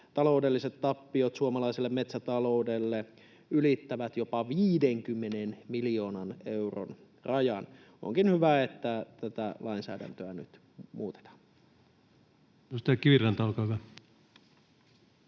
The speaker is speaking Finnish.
taloudelliset tappiot suomalaiselle metsätaloudelle ylittävät jopa 50 miljoonan euron rajan. Onkin hyvä, että tätä lainsäädäntöä nyt muutetaan. [Speech